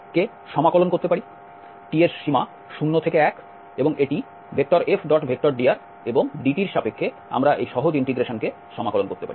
t এর সীমা 0 থেকে এক এবং এটি F⋅dr এবং dt এর সাপেক্ষে আমরা এই সহজ ইন্টিগ্রেশনকে সমাকলন করতে পারি